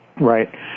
Right